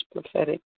Prophetic